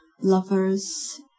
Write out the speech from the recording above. lovers